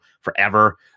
forever